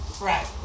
Right